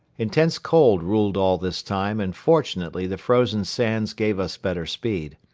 intense cold ruled all this time and fortunately the frozen sands gave us better speed.